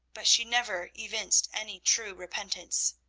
but she never evinced any true repentance.